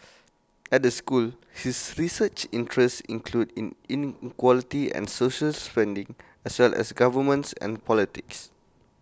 at the school his research interests include in inequality and social spending as well as governance and politics